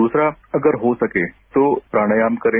दूसरा अगर हो सके तो प्राणायाम करें